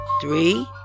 three